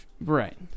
Right